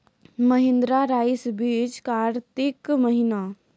महिंद्रा रईसा बीज कार्तिक महीना?